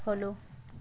follow